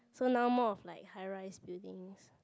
so now more of like high rise buildings